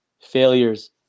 failures